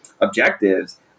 objectives